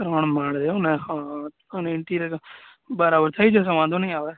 ત્રણ માળ છે એવું ને હા હા અને ઇન્ટીરીયર બરાબર થઈ જશે વાંધો નહીં આવે